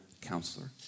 counselor